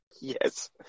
Yes